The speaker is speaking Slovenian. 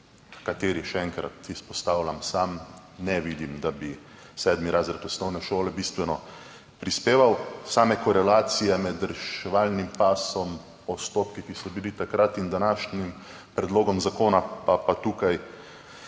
kateri, še enkrat izpostavljam, sam ne vidim, da bi sedmi razred osnovne šole bistveno prispeval, same korelacije med reševalnim pasom, postopki, ki so bili takrat, in današnjim predlogom zakona pa tukaj